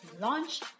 launch